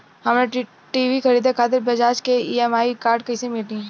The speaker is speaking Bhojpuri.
हमरा टी.वी खरीदे खातिर बज़ाज़ के ई.एम.आई कार्ड कईसे बनी?